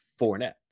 Fournette